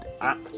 app